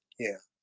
yeah,